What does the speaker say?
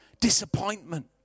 disappointment